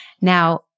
Now